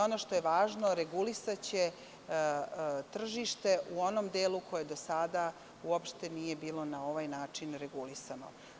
Ono što je važno regulisaće tržište u onom delu koje do sada uopšte nije bilo na ovaj način regulisano.